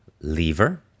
lever